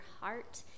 heart